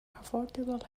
affordable